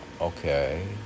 okay